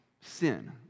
sin